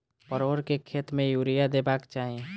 परोर केँ खेत मे यूरिया देबाक चही?